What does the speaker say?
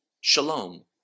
shalom